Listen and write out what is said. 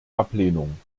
ablehnung